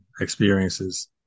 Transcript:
experiences